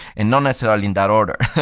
and not necessarily in that order.